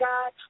God